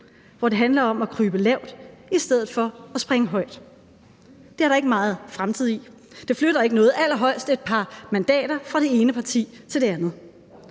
hvor det handler om at krybe lavt i stedet for at springe højt. Det er der ikke meget fremtid i; det flytter ikke noget, allerhøjst et par mandater fra det ene parti til det andet.